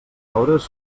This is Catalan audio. obres